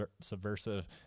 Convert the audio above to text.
subversive